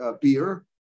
beer